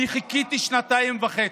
אני חיכיתי שנתיים וחצי.